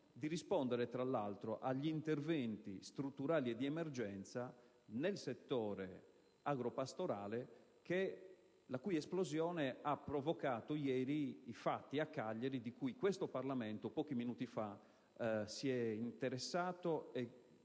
di rispondere, tra l'altro, alle richieste di interventi strutturali e di emergenza nel settore agropastorale, la cui esplosione ha provocato ieri a Cagliari i fatti di cui questo ramo del Parlamento, pochi minuti fa, si è interessato e